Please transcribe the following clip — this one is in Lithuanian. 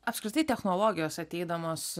apskritai technologijos ateidamos